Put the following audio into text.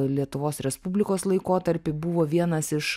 lietuvos respublikos laikotarpį buvo vienas iš